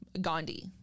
gandhi